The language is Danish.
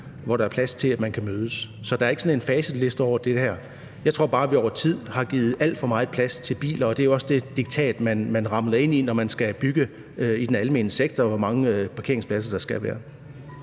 hvor der er plads til, at man kan mødes. Så der er ikke sådan en facitliste til det her. Jeg tror bare, at vi over tid har givet alt for meget plads til biler, og det er jo også det diktat, man ramler ind i, når man skal bygge i den almene sektor, nemlig hvor mange parkeringspladser der skal være.